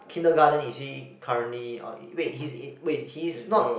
kindergarten is he currently or wait he's in wait he's not